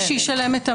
אין מי שישלם את המחיר.